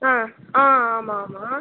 ஆ ஆ ஆமாம் ஆமாம்